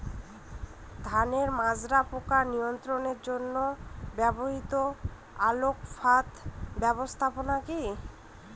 ধানের মাজরা পোকা নিয়ন্ত্রণের জন্য ব্যবহৃত আলোক ফাঁদ ব্যবস্থাপনা কি?